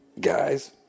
guys